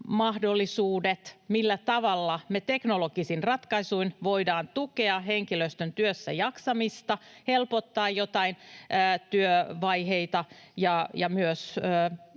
mahdollisuudet, millä tavalla me teknologisin ratkaisuin voidaan tukea henkilöstön työssäjaksamista, helpottaa joitain työvaiheita, ja myös